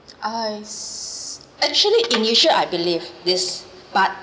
I actually initial I believe this but